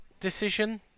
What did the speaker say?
decision